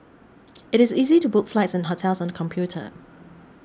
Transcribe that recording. it is easy to book flights and hotels on computer